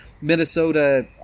Minnesota